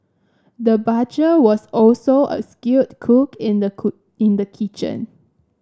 the butcher was also a skilled cook in the cook in the kitchen